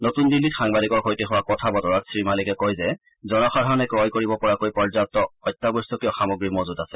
নতুন দিল্লীত সাংবাদিকৰ সৈতে হোৱা কথা বতৰাত শ্ৰী মালিকে কয় যে জনসাধাৰণে ক্ৰয় কৰিব পৰাকৈ পৰ্যাগু অত্যাৱশ্যকীয় সামগ্ৰী মজুত আছে